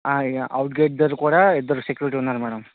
ఈ out gate దగ్గర కూడా ఇద్దరు సెక్యురిటీ ఉన్నారు మేడమ్